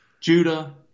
Judah